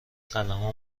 قلمها